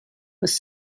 was